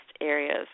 areas